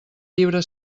llibre